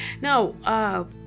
now